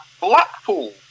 Blackpool